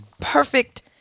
perfect